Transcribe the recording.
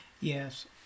yes